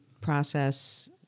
process